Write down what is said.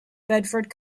bedford